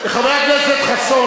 חבר הכנסת חסון,